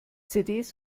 cds